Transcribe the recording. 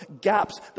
gaps